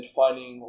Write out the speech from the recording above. finding